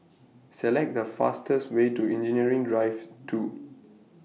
Select The fastest Way to Engineering Drive two